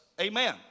Amen